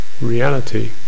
reality